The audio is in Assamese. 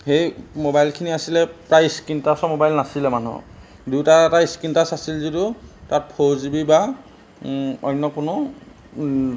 সেই মোবাইলখিনি আছিলে প্ৰায় স্ক্ৰীণ টাছৰ মোবাইল নাছিলে মানুহৰ দুটা এটা স্কীন টাচ আছিল যদিও তাত ফ'ৰ জিবি বা অন্য কোনো